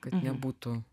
kad nebūtų